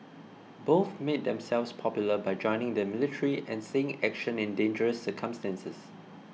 both made themselves popular by joining the military and seeing action in dangerous circumstances